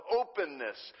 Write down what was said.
openness